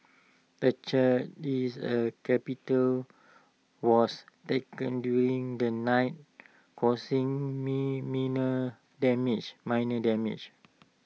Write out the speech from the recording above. the church is A capital was during the night causing damage minor damage